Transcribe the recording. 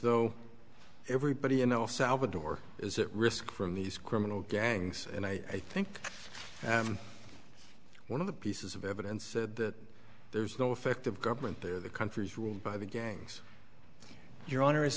though everybody you know salvador is at risk from these criminal gangs and i think one of the pieces of evidence that there's no effective government there the country is ruled by the gangs your honor is